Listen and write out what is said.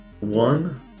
one